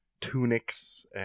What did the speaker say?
tunics